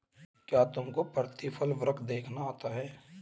क्या तुमको प्रतिफल वक्र देखना आता है?